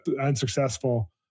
unsuccessful